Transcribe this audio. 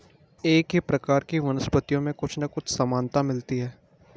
एक ही प्रकार की वनस्पतियों में कुछ ना कुछ समानता मिलती है